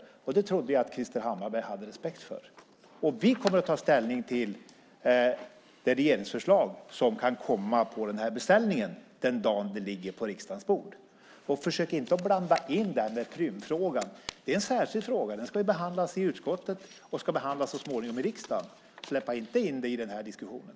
Det trodde jag att Krister Hammarbergh hade respekt för. Vi kommer att ta ställning till det regeringsförslag som kan komma på den här beställningen den dagen det ligger på riksdagens bord. Försök inte blanda in Prümfrågan! Det är en särskild fråga. Den ska behandlas i utskottet och så småningom behandlas i riksdagen. Dra inte in den i den här diskussionen!